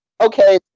Okay